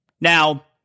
Now